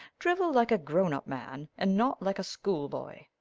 drivel like a grown-up man and not like a schoolboy.